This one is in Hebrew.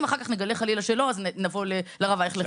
אם אחר כך נגלה חלילה שלא, נבוא לרב אייכלר.